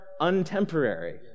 untemporary